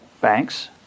banks